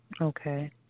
Okay